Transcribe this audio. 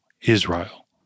Israel